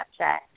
Snapchat